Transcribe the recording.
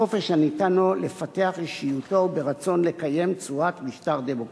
בחופש הניתן לו לפתח אישיותו וברצון לקיים צורת משטר דמוקרטי".